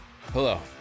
Hello